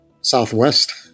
southwest